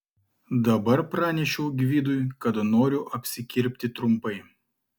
dabar pranešiau gvidui kad noriu apsikirpti trumpai